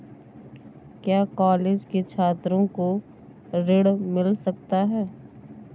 क्या कॉलेज के छात्रो को ऋण मिल सकता है?